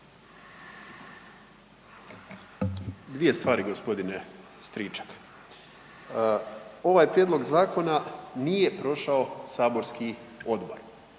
Dvije stvari gospodine Stričak. Ovaj prijedlog zakona nije prošao saborski odbor,